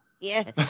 Yes